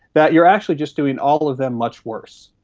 that you are actually just doing all of them much worse.